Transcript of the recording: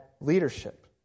leadership